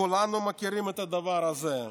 כולנו מכירים את הדבר הזה.